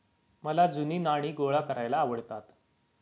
मला जुनी नाणी गोळा करायला आवडतात